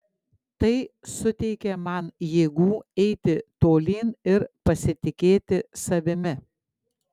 tai suteikia man jėgų eiti tolyn ir pasitikėti savimi